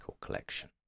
collection